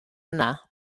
yna